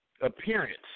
appearance